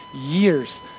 years